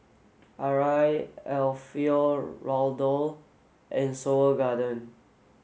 Arai Alfio Raldo and Seoul Garden